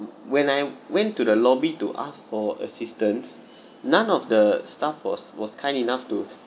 when I went to the lobby to ask for assistance none of the staff was was kind enough to